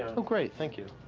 oh, great. thank you.